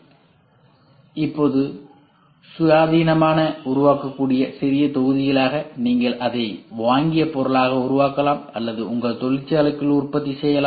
எனவே இப்போது சுயாதீனமாக உருவாக்கக்கூடிய சிறிய தொகுதிகளாக நீங்கள் அதை வாங்கிய பொருளாக உருவாக்கலாம் அல்லது உங்கள் தொழிற்சாலைக்குள் உற்பத்தி செய்யலாம்